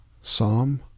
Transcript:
Psalm